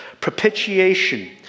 Propitiation